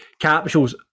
capsules